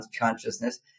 consciousness